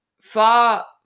far